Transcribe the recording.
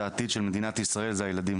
העתיד של מדינת ישראל זה הילדים,